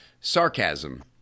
sarcasm